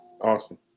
Awesome